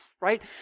Right